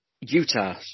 Utah